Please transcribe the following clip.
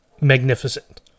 magnificent